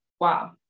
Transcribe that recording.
wow